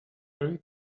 fairy